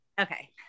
Okay